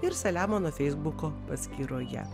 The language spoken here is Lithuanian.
ir selemono feisbuko paskyroje